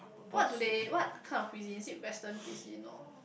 what do they what kind of cuisine is it western cuisine or